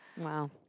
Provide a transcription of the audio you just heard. wow